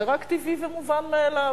זה רק טבעי ומובן מאליו.